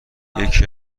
یکی